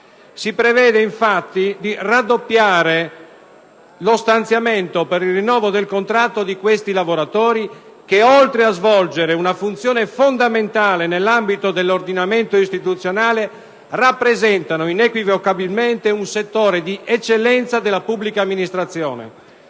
si prevede infatti di raddoppiare lo stanziamento per il rinnovo del contratto di questi lavoratori che, oltre a svolgere una funzione fondamentale nell'ambito dell'ordinamento istituzionale, rappresentano inequivocabilmente un settore di eccellenza della pubblica amministrazione.